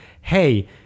hey